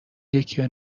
یکیو